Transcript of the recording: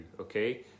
okay